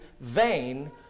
vain